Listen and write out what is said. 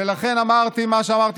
אם זה לא